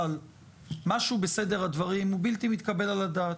אבל משהו בסדר הדברים הוא בלתי מתקבל על הדעת.